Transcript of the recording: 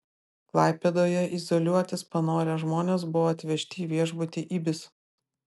klaipėdoje izoliuotis panorę žmonės buvo atvežti į viešbutį ibis